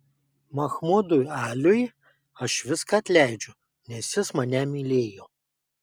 mahmudui aliui aš viską atleidžiu nes jis mane mylėjo